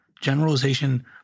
Generalization